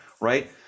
right